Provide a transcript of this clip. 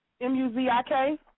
M-U-Z-I-K